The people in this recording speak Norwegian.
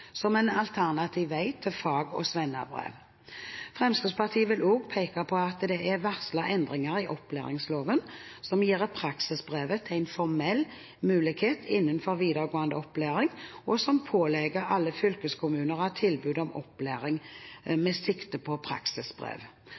som en alternativ vei til fag- og svennebrev. Fremskrittspartiet vil også peke på at det er varslet endringer i opplæringsloven som gjør praksisbrevet til en formell mulighet innenfor videregående opplæring, og som pålegger alle fylkeskommuner å ha tilbud om opplæring med sikte på praksisbrev.